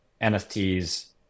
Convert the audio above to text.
NFTs